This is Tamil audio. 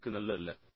இது உனக்கு நல்லதல்ல